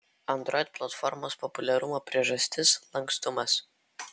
android platformos populiarumo priežastis lankstumas